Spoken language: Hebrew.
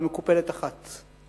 ב"מקופלת" אחת,